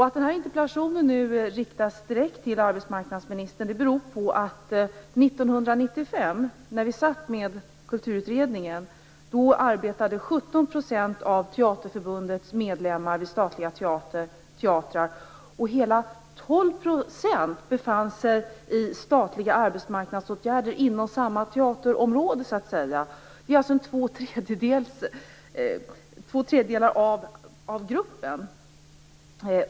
Att interpellationen riktas direkt till arbetsmarknadsministern beror på att 1995, då vi arbetade med kulturutredningen, arbetade 17 % av Teaterförbundets medlemmar vid statliga teatrar och hela 12 % befann sig i statliga arbetsmarknadsåtgärder inom samma teaterområde, dvs. två tredjedelar av gruppen.